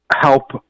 help